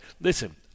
listen